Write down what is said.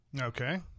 Okay